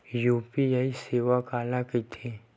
UPI सेवा काला कइथे?